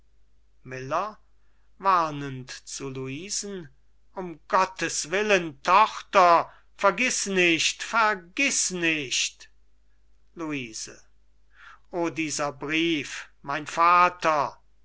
luisen um gottes willen tochter vergiß nicht vergiß nicht luise o dieser brief mein vater ferdinand